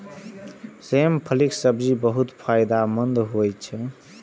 सेम फलीक सब्जी बहुत फायदेमंद होइ छै